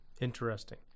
Interesting